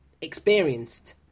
experienced